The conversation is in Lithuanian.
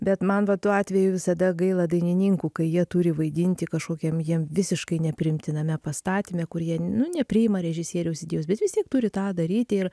bet man va tuo atveju visada gaila dainininkų kai jie turi vaidinti kažkokiam jiem visiškai nepriimtiname pastatyme kur jie nu nepriima režisieriaus idėjos bet vis tiek turi tą daryti ir